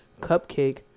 Cupcake